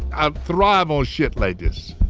i thrive on shit like this